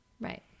right